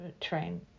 train